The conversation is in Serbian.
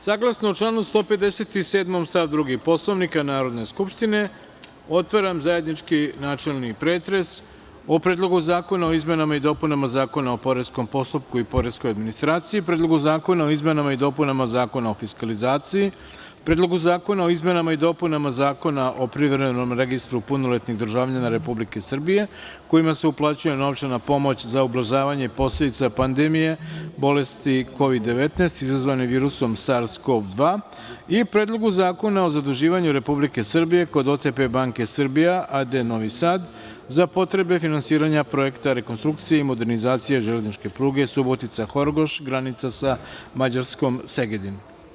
Saglasno članu 157. stav 2. Poslovnika Narodne skupštine, otvaram zajednički načelni pretres o: Predlogu zakona o izmenama i dopunama Zakona o poreskom postupku i poreskoj administraciji, Predlogu zakona o izmenama i dopunama Zakona o fiskalizaciji, Predlogu zakona o izmenama i dopunama Zakona o Privremenom registru punoletnih državljana Republike Srbije kojima se uplaćuje novčana pomoć za ublažavanje posledica pandemije bolesti COVID-19 izazvane virusom SARS-CoV-2 i Predlogu zakona o zaduživanju Republike Srbije kod OTP banke Srbija a.d. Novi Sad za potrebe finansiranja Projekta rekonstrukcije i modernizacije železničke pruge Subotica-Horgoš granica sa Mađarskom (Segedin)